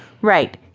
Right